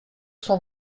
cent